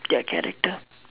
their character